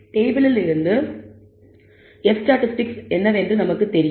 டேபிளில் இருந்து F statistic என்னவென்று நமக்கு தெரியும்